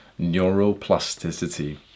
neuroplasticity